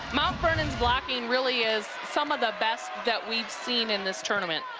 mount vernon's blocking really is some of the best that we've seen in this tournament.